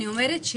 גברתי.